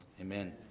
Amen